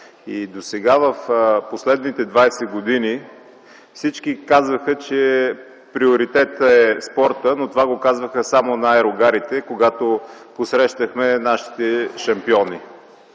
Досега в последните двадесет години всички казваха, че приоритет е спортът, но това го казваха само на аерогарите, когато посрещахме нашите шампиони,